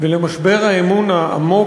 ולמשבר האמון העמוק,